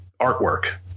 artwork